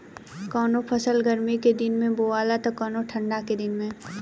कवनो फसल गर्मी के दिन में बोआला त कवनो ठंडा के दिन में